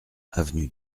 avenue